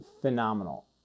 phenomenal